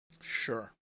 Sure